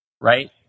right